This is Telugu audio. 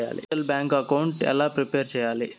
డిజిటల్ బ్యాంకు అకౌంట్ ఎలా ప్రిపేర్ సెయ్యాలి?